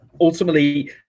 ultimately